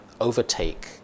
overtake